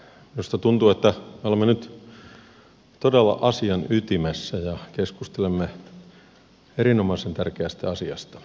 minusta tuntuu että me olemme nyt todella asian ytimessä ja keskustelemme erinomaisen tärkeästä asiasta